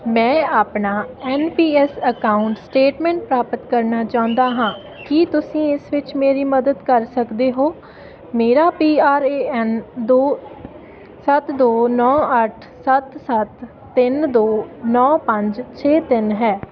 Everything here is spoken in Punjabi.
ਮੈਂ ਆਪਣਾ N P S account statement ਪ੍ਰਾਪਤ ਕਰਨਾ ਚਾਹੁੰਦਾ ਹਾਂ ਕੀ ਤੁਸੀਂ ਇਸ ਵਿੱਚ ਮੇਰੀ ਮਦਦ ਕਰ ਸਕਦੇ ਹੋ ਮੇਰਾ ਪੀ ਆਰ ਏ ਐੱਨ ਦੋ ਸੱਤ ਦੋ ਨੌਂ ਅੱਠ ਸੱਤ ਸੱਤ ਤਿੰਨ ਦੋ ਨੌਂ ਪੰਜ ਛੇ ਤਿੰਨ ਹੈ